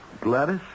Gladys